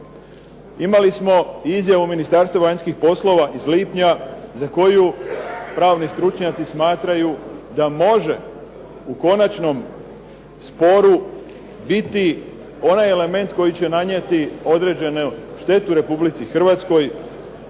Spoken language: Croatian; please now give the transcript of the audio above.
Imali smo i izjavu Ministarstva vanjskih poslova iz lipnja za koju pravni stručnjaci smatraju da može u konačnom sporu biti onaj element koji će nanijeti određenu štetu Republici Hrvatskoj,